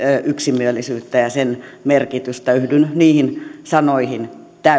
yksimielisyyttä ja niiden merkitystä yhdyn niihin sanoihin